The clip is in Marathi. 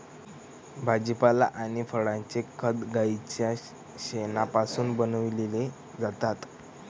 भाजीपाला आणि फळांचे खत गाईच्या शेणापासून बनविलेले जातात